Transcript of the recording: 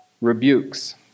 rebukes